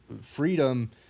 freedom